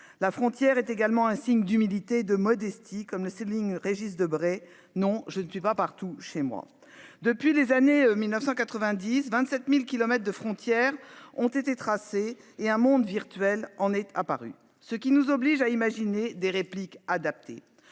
La frontière est également un signe d'humilité et de modestie. Comme le souligne Régis Debray. Non je ne suis pas partout chez moi depuis les années 1990, 27.000 kilomètres de frontières ont été tracées et un monde virtuel en est apparu ce qui nous oblige à imaginer des répliques adaptées.